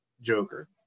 Joker